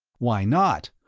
why not?